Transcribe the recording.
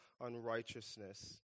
unrighteousness